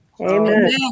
Amen